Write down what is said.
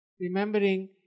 Remembering